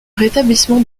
rétablissement